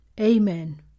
Amen